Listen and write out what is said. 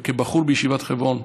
כבחורים בישיבת חברון,